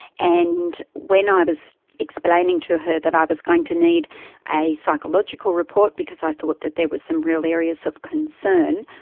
and when ah i was explaining to her that i was going to need a psychological report because i thought that there was some real areas of concern,